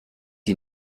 die